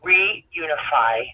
Reunify